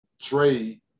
trade